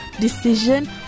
decision